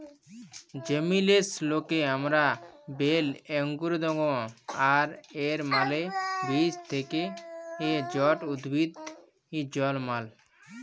জেমিলেসলকে আমরা ব্যলি অংকুরোদগম আর এর মালে বীজ থ্যাকে ছট উদ্ভিদ জলমাল